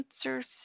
answers